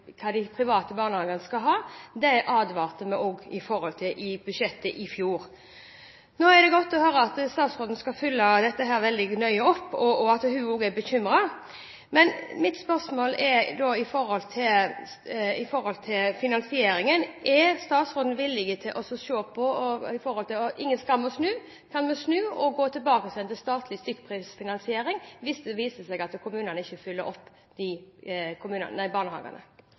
hva de private barnehagene skal ha, advarte vi også mot i forbindelse med budsjettet i fjor. Det er godt å høre at statsråden skal følge dette veldig nøye opp, og at hun også er bekymret. Mitt spørsmål går på finansieringen: Er statsråden villig til å innse at det ikke er noen skam å snu? Kan vi snu og gå tilbake til statlig stykkprisfinansiering hvis det viser seg at kommunene ikke følger opp barnehagene? Det er flere måter å sikre seg sterkere statlig styring av barnehagesektoren på. Dette dreier f.eks. mange av de